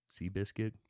Seabiscuit